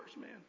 man